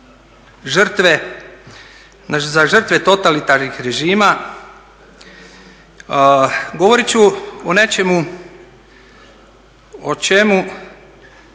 žrtve totalitarnih režima. Govorit ću o nečemu o čemu